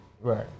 Right